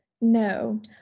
no